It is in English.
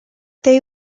they